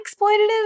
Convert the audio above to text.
exploitative